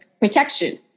protection